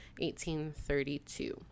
1832